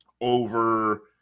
over